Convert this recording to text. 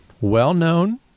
well-known